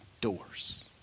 doors